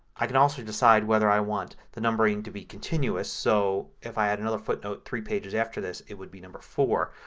i can also decide whether i want the numbering to be continuous so if i added another footnote three pages after this it would be number four.